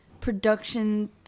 production